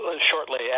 shortly